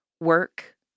work